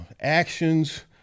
actions